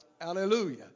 Hallelujah